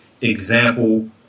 example